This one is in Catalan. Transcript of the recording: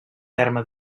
terme